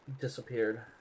disappeared